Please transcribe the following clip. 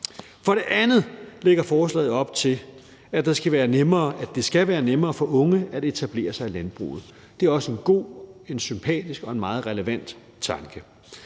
For det andet lægger forslaget op til, at det skal være nemmere for unge at etablere sig i landbruget. Det er også en god, en sympatisk og en meget relevant tanke.